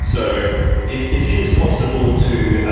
so it it is possible to